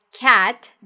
cat